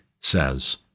says